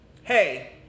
hey